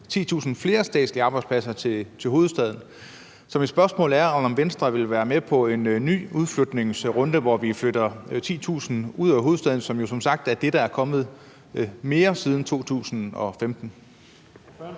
10.000 flere statslige arbejdspladser til hovedstaden. Så mit spørgsmål er, om Venstre vil være med på en ny udflytningsrunde, hvor vi flytter 10.000 ud af hovedstaden, som jo som sagt er det, der er kommet mere siden 2015.